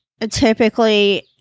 typically